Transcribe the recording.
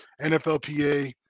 NFLPA